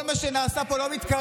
כל מה שנעשה פה לא מתקרב.